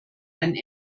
einen